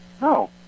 No